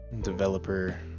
developer